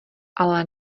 ale